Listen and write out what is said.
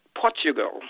Portugal